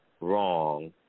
wrong